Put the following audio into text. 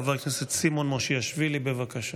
חבר הכנסת סימון מושיאשוילי, בבקשה.